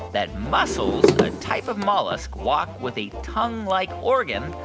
that mussels, a type of mollusk, walk with a tonguelike organ,